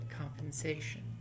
compensation